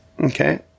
Okay